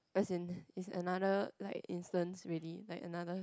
as in is another like instance already like another